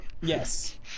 yes